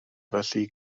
felly